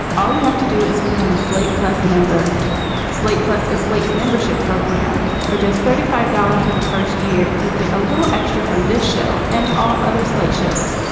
all you have to do is become a slate plus member slate plus a slate membership program for just thirty five dollars for the first year. you'll get a little extra from this show and all other slate shows.